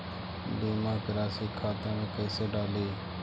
बीमा के रासी खाता में कैसे डाली?